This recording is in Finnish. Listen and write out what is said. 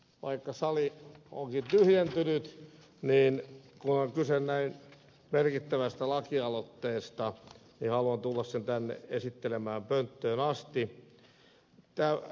vaikka sali onkin tyhjentynyt niin kun kyse on näin merkittävästä lakialoitteesta niin haluan tulla esittelemään sen tänne pönttöön asti